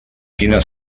quina